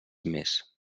més